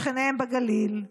שכניהם בגליל.